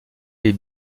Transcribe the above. des